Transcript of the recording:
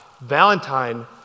Valentine